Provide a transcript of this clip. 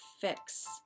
fix